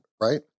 right